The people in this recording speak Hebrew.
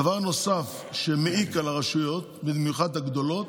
דבר נוסף שמעיק על הרשויות, במיוחד הגדולות,